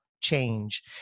change